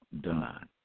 done